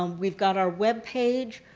um we've got our web page.